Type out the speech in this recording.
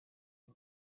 die